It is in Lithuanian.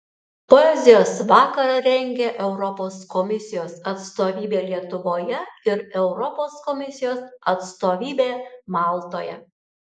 poezijos vakarą rengia europos komisijos atstovybė lietuvoje ir europos komisijos atstovybė maltoje